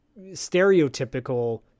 stereotypical